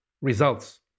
results